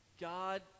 God